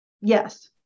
Yes